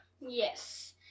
Yes